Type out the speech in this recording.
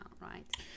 right